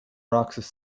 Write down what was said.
roxas